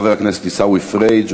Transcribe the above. חבר הכנסת עיסאווי פריג',